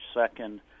second